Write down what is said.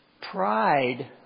Pride